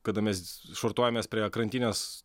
kada mes švartuojamės prie krantinės